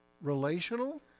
Relational